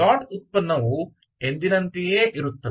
dot ಉತ್ಪನ್ನವು ಎಂದಿನಂತೆಯೇ ಇರುತ್ತದೆ